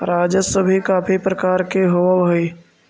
राजस्व भी काफी प्रकार के होवअ हई